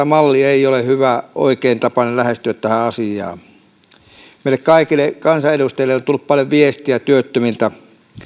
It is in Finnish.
malli ei ole hyvä ja oikea tapa lähestyä tätä asiaa meille kaikille kansanedustajille on tullut paljon viestejä työttömiltä